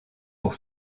pour